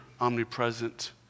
omnipresent